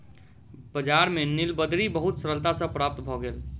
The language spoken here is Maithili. बजार में नीलबदरी बहुत सरलता सॅ प्राप्त भ गेल